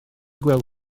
gweld